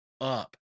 up